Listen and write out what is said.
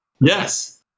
Yes